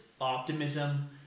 optimism